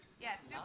Yes